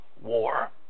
war